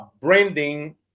branding